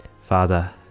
Father